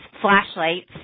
flashlights